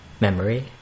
memory